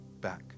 back